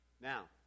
Now